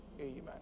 Amen